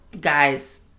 guys